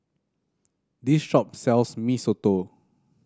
this shop sells Mee Soto